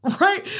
right